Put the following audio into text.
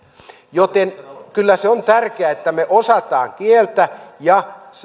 joten kyllä se on tärkeää että me osaamme kieltä ja